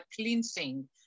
cleansing